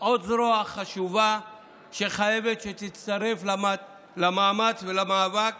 עוד זרוע חשובה שחייבת להצטרף למאמץ ולמאבק